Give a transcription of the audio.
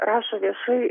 rašo viešai